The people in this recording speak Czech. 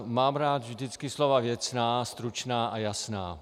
Mám rád vždycky slova věcná, stručná a jasná.